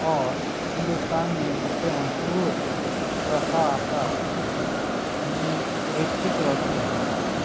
اور ہندوستان میں سب سے مشہور رقاصہ ریتک روشن ہیں